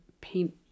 paint